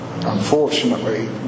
unfortunately